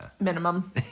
Minimum